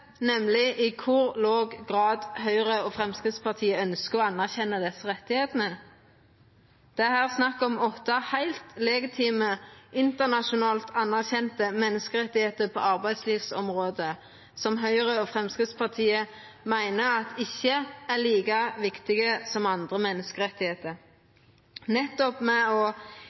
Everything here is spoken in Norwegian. nemleg i kor låg grad Høgre og Framstegspartiet ønskjer å anerkjenna desse rettane. Det er her snakk om åtte heilt legitime internasjonalt anerkjende menneskerettar på arbeidslivsområdet, som Høgre og Framstegspartiet meiner ikkje er like viktige som andre menneskerettar. Nettopp ved å